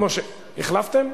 החלפתם?